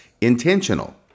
intentional